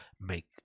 make